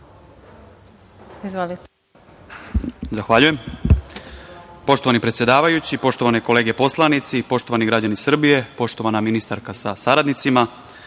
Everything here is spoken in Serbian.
Izvolite.